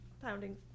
pounding